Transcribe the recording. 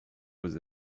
was